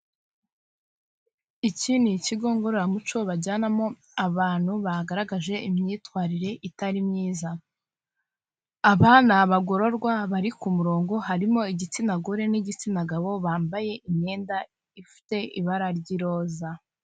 Iki ni ikigo ngororamuco bajyanamo abantu bagaragaje imyitwarire itari myiza. Aba ni abagororwa bari ku murongo, harimo igitsina gore n'igitsina gabo bambaye imyenda ifite ibara ry'iroza.